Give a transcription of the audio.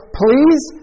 please